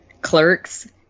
clerks